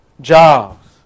jobs